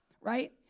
Right